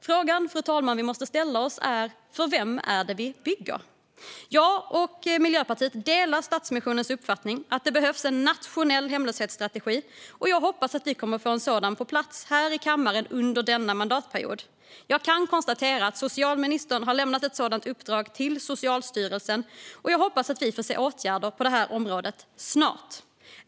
Frågan vi måste ställa oss, fru talman, är: För vem är det vi bygger? Jag och Miljöpartiet delar Stadsmissionens uppfattning att det behövs en nationell hemlöshetsstrategi, och jag hoppas att vi kommer att få en sådan på plats här i kammaren under denna mandatperiod. Jag kan konstatera att socialministern har lämnat ett sådant uppdrag till Socialstyrelsen, och jag hoppas att vi får se åtgärder på det här området snart.